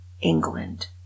England